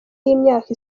y’imyaka